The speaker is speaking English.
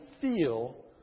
feel